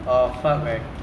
!aww! fuck man